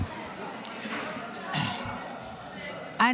אני